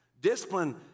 Discipline